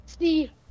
see